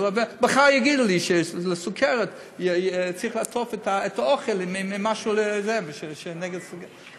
מחר יגידו לי שנגד סוכרת צריך לעטוף את האוכל במשהו נגד סוכרת,